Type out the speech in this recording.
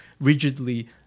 rigidly